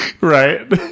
Right